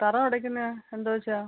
തറ തുടയ്ക്കുന്ന എന്ത് വെച്ചാണ്